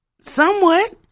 Somewhat